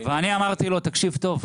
אמרתי לו: תקשיב טוב,